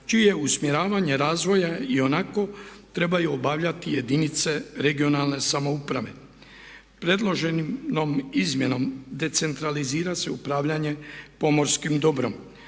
je usmjeravanje razvoja i onako trebaju obavljati jedinice regionalne samouprave. Predloženom izmjenom decentralizira se upravljanje pomorskim dobrom.